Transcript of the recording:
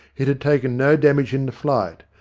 it had taken no damage in the flight,